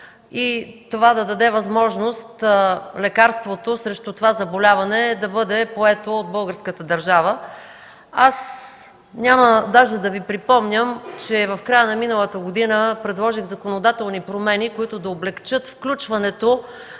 и това да даде възможност лекарството срещу това заболяване да бъде поето от българската държава. Няма даже да Ви припомням, че в края на миналата година предложих законодателни промени, които да облекчат включването